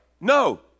No